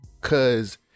cause